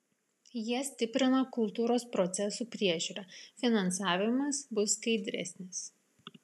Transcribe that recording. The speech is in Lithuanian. jie stiprina kultūros procesų priežiūrą finansavimas bus skaidresnis